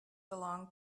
belonged